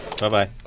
Bye-bye